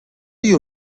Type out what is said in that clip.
you